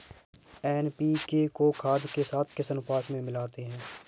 NPK को खाद के साथ किस अनुपात में मिलाते हैं?